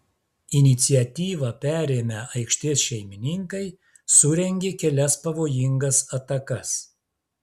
iniciatyvą perėmę aikštės šeimininkai surengė kelias pavojingas atakas